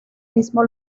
mismo